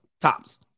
tops